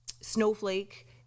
Snowflake